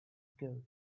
skills